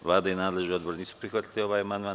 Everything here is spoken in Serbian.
Vlada i nadležni odbor nisu prihvatili ovaj amandman.